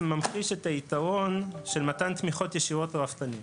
ממחיש את היתרון של מתן תמיכות ישירות לרפתנים.